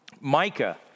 Micah